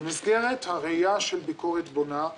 במסגרת הראייה של ביקורת בונה,